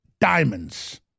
diamonds